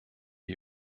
die